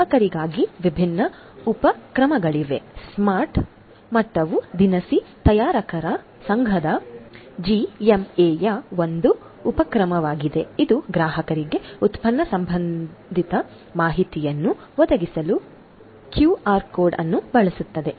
ಗ್ರಾಹಕರಿಗಾಗಿ ವಿಭಿನ್ನ ಉಪಕ್ರಮಗಳಿವೆ ಸ್ಮಾರ್ಟ್ ಮಟ್ಟವು ದಿನಸಿ ತಯಾರಕರ ಸಂಘದ ಜಿಎಂಎಯ ಒಂದು ಉಪಕ್ರಮವಾಗಿದೆ ಇದು ಗ್ರಾಹಕರಿಗೆ ಉತ್ಪನ್ನ ಸಂಬಂಧಿತ ಮಾಹಿತಿಯನ್ನು ಒದಗಿಸಲು ಕ್ಯೂಆರ್ ಕೋಡ್ ಅನ್ನು ಬಳಸುತ್ತದೆ